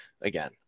again